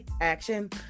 action